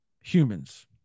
humans